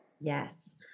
Yes